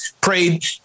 prayed